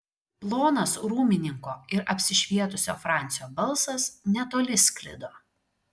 plonas rūmininko ir apsišvietusio francio balsas netoli sklido